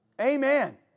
Amen